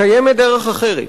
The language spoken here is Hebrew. קיימת דרך אחרת.